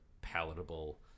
palatable